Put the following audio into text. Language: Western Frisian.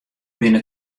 binne